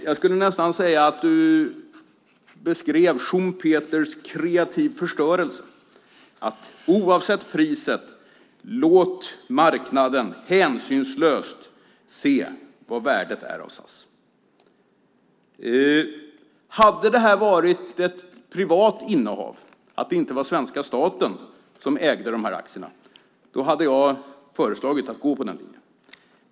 Jag skulle nästan säga att han beskrev Schumpeters kreativa förstörelse, att oavsett priset låta marknaden hänsynslöst se vad värdet är av SAS. Hade det varit ett privat innehav och inte svenska staten som ägde aktierna hade jag föredragit att gå på den linjen.